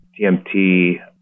TMT